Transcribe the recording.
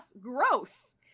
Gross